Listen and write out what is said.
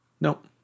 Nope